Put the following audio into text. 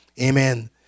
amen